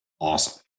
awesome